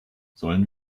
sollen